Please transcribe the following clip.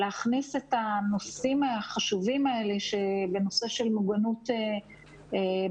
להכניס את הנושאים החשובים האלה שבנושא של מוגנות בספורט